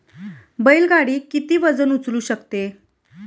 बैल गाडी किती वजन उचलू शकते?